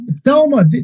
Thelma